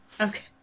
Okay